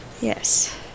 Yes